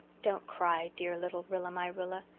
don't cry, dear little rilla-my-rilla.